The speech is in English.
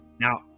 now